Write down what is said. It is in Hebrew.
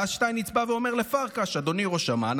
ואז שטייניץ בא ואמר לפרקש: "אדוני ראש אמ"ן,